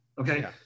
Okay